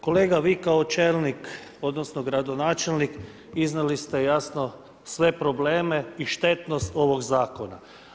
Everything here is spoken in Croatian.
Kolega, vi kao čelnik odnosno gradonačelnik iznijeli ste jasno sve probleme i štetnost ovoga zakona.